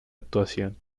actuación